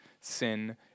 sin